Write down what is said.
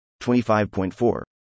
25.4